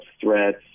threats